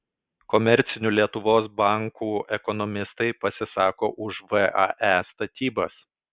komercinių lietuvos bankų ekonomistai pasisako už vae statybas